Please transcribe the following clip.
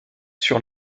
sur